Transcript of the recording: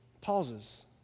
pauses